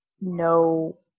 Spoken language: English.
no